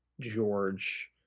George